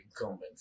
incumbent